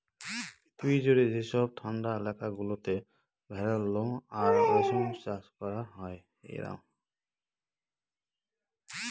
পৃথিবী জুড়ে যেসব ঠান্ডা এলাকা গুলোতে ভেড়ার লোম আর রেশম চাষ করা হয়